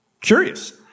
Curious